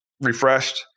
refreshed